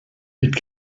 mit